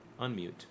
Unmute